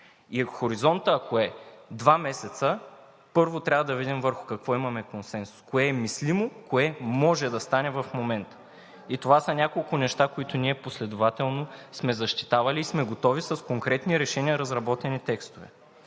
И хоризонтът, ако е два месеца, първо, трябва да видим върху какво имаме консенсус, кое е мислимо, кое може да стане в момента. И това са няколко неща, които ние последователно сме защитавали и сме готови с конкретни решения и разработени текстове.